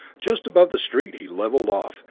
just above the street, he leveled off,